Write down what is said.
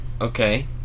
Okay